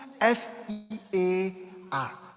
F-E-A-R